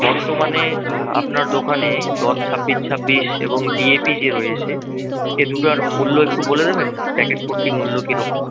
বর্তমানে আপনার দোকানে দশ ছাব্বিশ ছাব্বিশ এবং ডি এ পি যে রয়েছে এ দুটোর মূল্য একটু বলে দেবেন প্যাকেট প্রতি মূল্য কীরকম